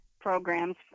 programs